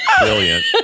brilliant